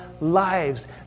lives